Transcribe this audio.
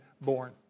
born